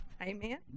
Amen